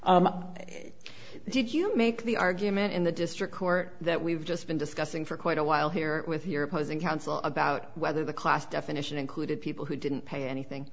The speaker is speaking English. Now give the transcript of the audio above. did you make the argument in the district court that we've just been discussing for quite a while here with your opposing counsel about whether the class definition included people who didn't pay anything